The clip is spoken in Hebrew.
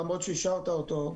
למרות שאישרת אותו,